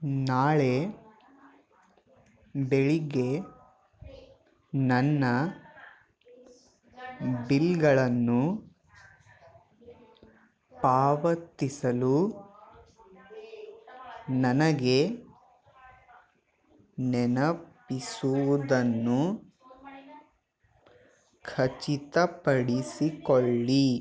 ನಾಳೆ ಬೆಳಗ್ಗೆ ನನ್ನ ಬಿಲ್ಗಳನ್ನು ಪಾವತಿಸಲು ನನಗೆ ನೆನಪಿಸುವುದನ್ನು ಖಚಿತಪಡಿಸಿಕೊಳ್ಳಿ